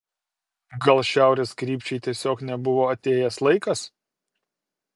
gal šiaurės krypčiai tiesiog nebuvo atėjęs laikas